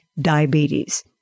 diabetes